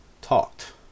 talked